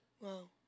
Wow